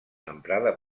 emprada